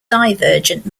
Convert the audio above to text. divergent